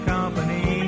Company